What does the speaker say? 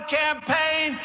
campaign